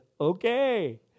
okay